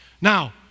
Now